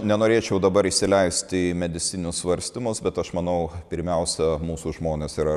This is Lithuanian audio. nenorėčiau dabar įsileisti į medicininius svarstymus bet aš manau pirmiausia mūsų žmonės yra